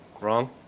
Wrong